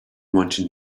wanting